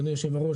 אדוני היושב-ראש,